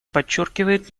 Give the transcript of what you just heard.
подчеркивает